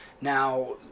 Now